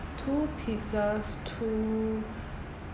two pizzas two